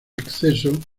acceso